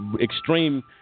extreme